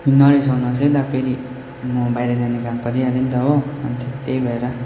नरिसाउनुहोस् है दा फेरि म बाहिर जाने काम परिहाल्यो नि त हो अन्त त्यही भएर